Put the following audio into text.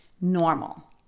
Normal